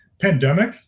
pandemic